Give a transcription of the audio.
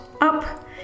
Up